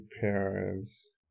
parents